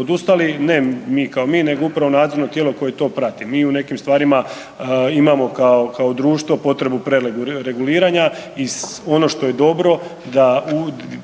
odustali ne mi kao mi nego upravo nadzorno tijelo koje to prati. Mi u nekim stvarima imamo kao, kao društvo potrebu prereguliranja i ono što je dobro da